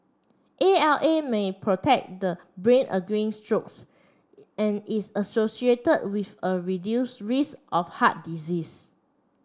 A L A may protect the brain against strokes and is associate with a reduced risk of heart disease